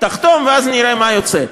תחתום, ואז נראה מה יוצא.